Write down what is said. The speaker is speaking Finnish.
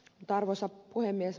arvoisa puhemies